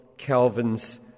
Calvin's